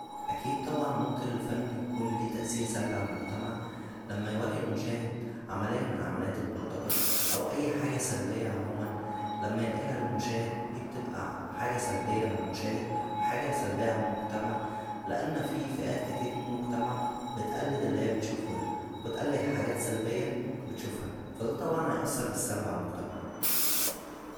اكيد طبعا ممكن الفن يكون ليه تاثير سلبى عالمجتمع لما يورى المشاهد عمليه من عمليات البلطجه او اى حاجه سلبيه عموما لما ينقلها للمشاهد دى بتبقى حاجه سلبيه للمشاهد و حاجه سلبيه على المجتمع لان فيه فئات كتير من المجتمع بتقلد اللى هو بتشوفه دا و بتقلد حاجات سلبيه بتشوفها فا دا طبعا هياثر بالسلب عالمجتمع